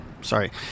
sorry